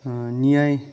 नियाइ